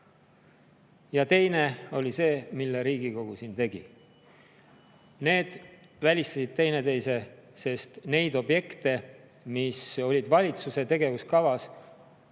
Ja teine oli see, mille Riigikogu siin tegi. Need välistasid teineteise, sest neid objekte, mis olid valitsuse tegevuskavas,